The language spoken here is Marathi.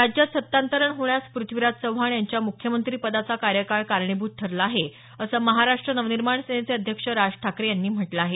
राज्यात सत्तांतरण होण्यास पृथ्वीराज चव्हाण यांच्या मुख्यमंत्रिपदाचा कार्यकाळ कारणीभूत ठरला आहे असं महाराष्ट्र नवनिर्माण सेनेचे अध्यक्ष राज ठाकरे यांनी म्हटलं आहे